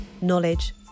knowledge